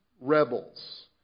rebels